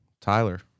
Tyler